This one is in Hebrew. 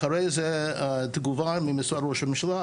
אחרי תגובה ממשרד ראש הממשלה,